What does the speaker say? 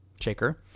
shaker